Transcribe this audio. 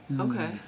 Okay